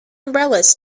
umbrellas